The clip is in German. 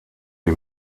die